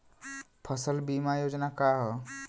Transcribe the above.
फसल बीमा योजना का ह?